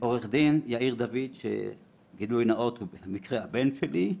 עו"ד יאיר דוד, שגילוי נאות, הוא במקרה הבן שלי,